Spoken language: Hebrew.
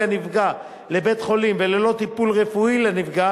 הנפגע לבית-חולים וללא טיפול רפואי לנפגע